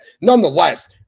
Nonetheless